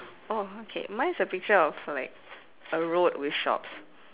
oh okay mine is a picture of like a road with shops